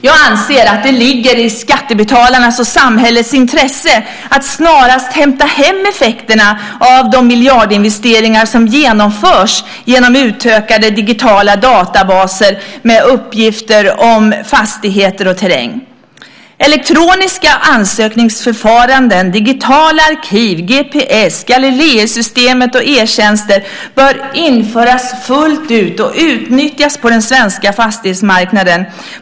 Jag anser att det ligger i skattebetalarnas och samhällets intresse att snarast hämta hem effekterna av de miljardinvesteringar som genomförs genom utökade digitala databaser med uppgifter om fastigheter och terräng. Elektroniska ansökningsförfaranden, digitala arkiv, GPS, Galileosystemet och e-tjänster bör införas och fullt ut utnyttjas på den svenska fastighetsmarknaden.